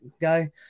guy